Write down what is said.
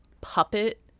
puppet